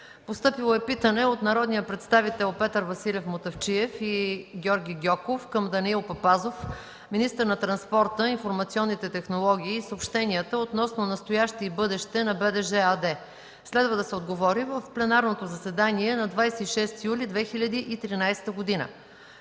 Постъпило е питане от: - народните представители Петър Василев Мутафчиев и Георги Гьоков към Данаил Папазов – министър на транспорта, информационните технологии и съобщенията, относно настоящето и бъдещето на БДЖ. Следва да се отговори в пленарното заседание на 26 юли 2013 г.;